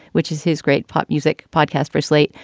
which is his great pop music podcast for slate,